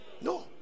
no